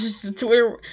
Twitter